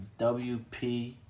WP